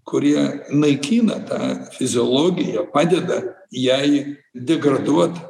kurie naikina tą fiziologiją padeda jai degraduot